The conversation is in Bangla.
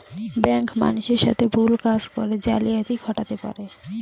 ব্যাঙ্ক মানুষের সাথে ভুল কাজ করে জালিয়াতি ঘটাতে পারে